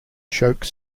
choke